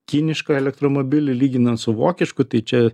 kinišką elektromobilį lyginant su vokišku tai čia